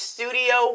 Studio